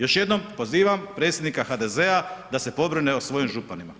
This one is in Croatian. Još jednom pozivam predsjednika HDZ-a da se pobrine o svojim županima.